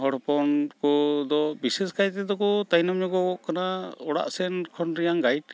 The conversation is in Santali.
ᱦᱚᱲ ᱦᱚᱯᱚᱱ ᱠᱚᱫᱚ ᱵᱤᱥᱮᱥᱠᱟᱭ ᱛᱮᱫᱚᱠᱚ ᱛᱟᱭᱱᱚᱢᱧᱚᱜᱚᱜᱚᱜ ᱠᱟᱱᱟ ᱚᱲᱟᱜᱥᱮᱱ ᱠᱷᱚᱱ ᱨᱮᱭᱟᱝ ᱜᱟᱭᱤᱰ